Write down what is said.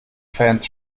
fans